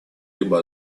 либо